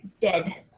dead